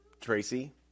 Tracy